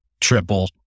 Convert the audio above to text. triple